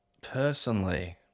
Personally